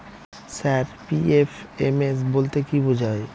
Sir PFMS বলতে কি বোঝায়?